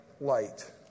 light